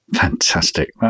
Fantastic